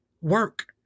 work